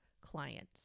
clients